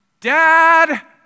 Dad